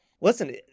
listen